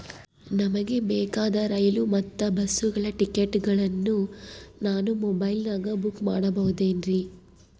ನಮಗೆ ಬೇಕಾದ ರೈಲು ಮತ್ತ ಬಸ್ಸುಗಳ ಟಿಕೆಟುಗಳನ್ನ ನಾನು ಮೊಬೈಲಿನಾಗ ಬುಕ್ ಮಾಡಬಹುದೇನ್ರಿ?